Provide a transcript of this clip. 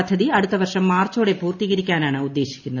പദ്ധതി അടുത്ത വർഷം മാർച്ചോടെ പൂർത്തീകരിക്കാനാണ് ഉദ്ദേശിക്കുന്നത്